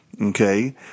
Okay